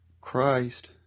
Christ